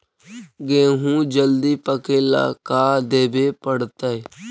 गेहूं जल्दी पके ल का देबे पड़तै?